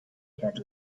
had